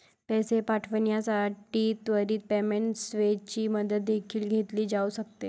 पैसे पाठविण्यासाठी त्वरित पेमेंट सेवेची मदत देखील घेतली जाऊ शकते